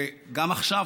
וגם עכשיו,